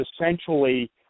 essentially